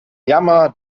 jammer